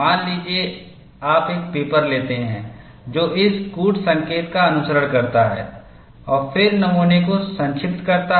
मान लीजिए आप एक पेपर लेते हैं जो इस कूट संकेत का अनुसरण करता है और फिर नमूने को संक्षिप्त करता है